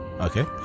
Okay